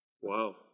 Wow